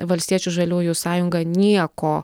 valstiečių žaliųjų sąjunga nieko